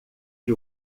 que